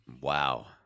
Wow